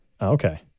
okay